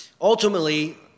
Ultimately